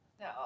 No